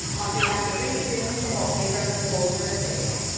i'll see you back here really soon for more bigger bolder baking.